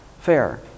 fair